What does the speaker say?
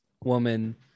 woman